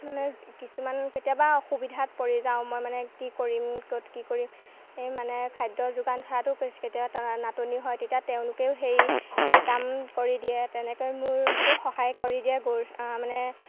মানে কিছুমান কেতিয়াবা অসুবিধাত পৰি যাওঁ মই মানে কি কৰিম ক'ত কি কৰিম মানে খাদ্য যোগান ধৰাটো ক কেতিয়াবা না নাটনি হয় তেতিয়া তেওঁলোকেও সেই হেই কাম কৰি দিয়ে তেনেকৈ মোৰকো সহায় কৰি দিয়ে গ মানে